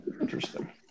interesting